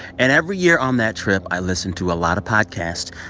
and every year on that trip, i listen to a lot of podcasts,